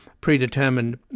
predetermined